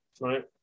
right